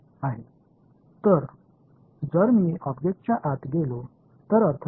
சம்பவம் புலம் சரியாக உள்ளது என்பதே இதன் விளக்கம்